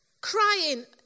crying